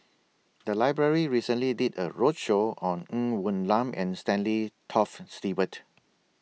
The Library recently did A roadshow on Ng Woon Lam and Stanley Toft Stewart